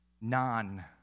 non